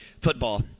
football